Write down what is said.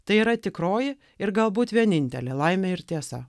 tai yra tikroji ir galbūt vienintelė laimė ir tiesa